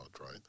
right